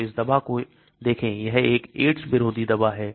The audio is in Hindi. तो इस दवा को देखो यह एक AIDS विरोधी दवा है